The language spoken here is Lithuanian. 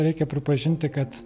reikia pripažinti kad